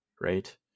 right